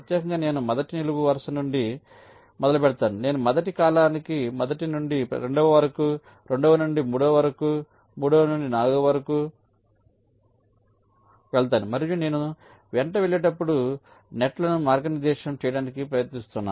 ప్రత్యేకంగా నేను మొదటి నిలువు వరుస నుండి మొదలుపెడతాను నేను మొదటి కాలానికి మొదటి నుండి రెండవ వరకు రెండవ నుండి మూడవ వరకు మూడవ నుండి నాల్గవ వరకు వెళ్తాను మరియు నేను వెంట వెళ్ళేటప్పుడు నెట్ లను మార్గనిర్దేశం చేయడానికి ప్రయత్నిస్తాను